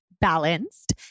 BALANCED